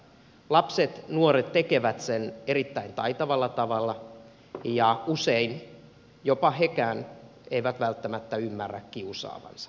lapset nuoret tekevät sen erittäin taitavalla tavalla ja usein hekään eivät välttämättä ymmärrä kiusaavansa